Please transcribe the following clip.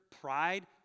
pride